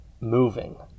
moving